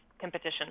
competition